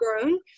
grown